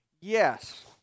Yes